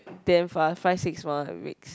damn far five six more weeks